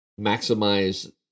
maximize